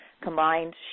combined